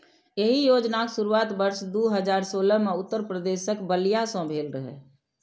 एहि योजनाक शुरुआत वर्ष दू हजार सोलह मे उत्तर प्रदेशक बलिया सं भेल रहै